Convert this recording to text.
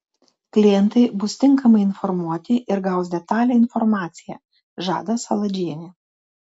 klientai bus tinkamai informuoti ir gaus detalią informaciją žada saladžienė